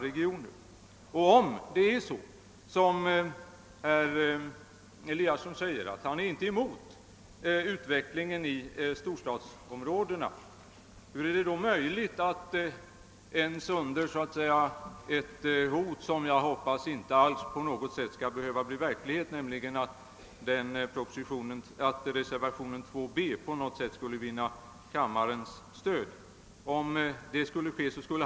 Herr Eliasson i Sundborn säger att om hans egen reservation avslås av kammaren i votering beträffande kontraproposition kommer han att stödja reservationen 2 b. Hur går det ihop med hans förklaring att han inte är emot utvecklingen i storstadsområdena?